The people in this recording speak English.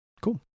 Cool